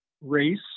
race